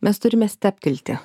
mes turime stabtelti